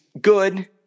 good